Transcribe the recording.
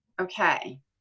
okay